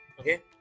okay